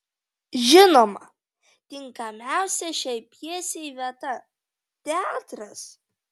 žinoma tinkamiausia šiai pjesei vieta teatras